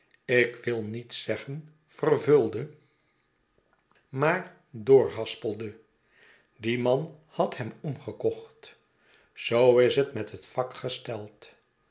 ik wil niet zeggen vervulde maar doorhaspelde die man had hem omgekocht zoo is het met het vak gesteld